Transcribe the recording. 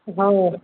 हँ